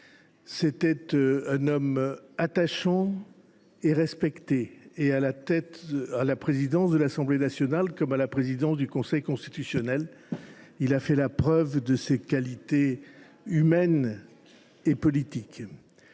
était un homme attachant et respecté. À la présidence de l’Assemblée nationale comme à celle du Conseil constitutionnel, il a fait la preuve de ses qualités humaines et politiques.